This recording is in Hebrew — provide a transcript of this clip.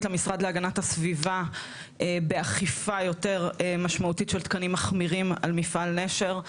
למשרד להגנת הסביבה באכיפה יותר משמעותית של תקנים מחמירים על מפעל נשר.